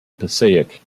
passaic